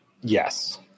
Yes